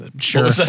Sure